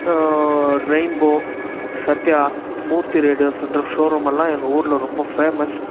rainbow Sathya Moorthy radios என்ற ஷோரூமெல்லாம் எங்கள் ஊரில் ரொம்ப ஃபேமஸ்